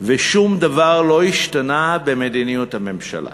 ושום דבר לא השתנה במדיניות הממשלה,